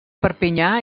perpinyà